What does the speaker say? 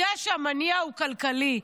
יודע שהמניע הוא כלכלי,